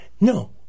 No